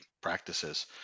practices